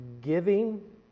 giving